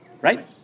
right